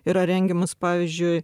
yra rengiamas pavyzdžiui